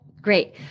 Great